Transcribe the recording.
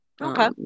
Okay